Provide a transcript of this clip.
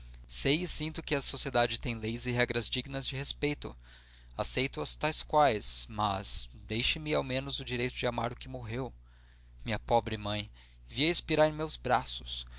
e sinto que a sociedade tem leis e regras dignas de respeito aceito as tais quais mas deixem-me ao menos o direito de amar o que morreu minha pobre mãe vi-a expirar em meus braços